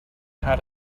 how